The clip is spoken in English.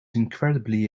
incredibly